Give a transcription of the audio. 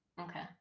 Okay